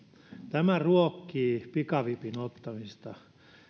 tämä ruokkii pikavipin ottamista